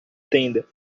tenda